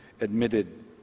admitted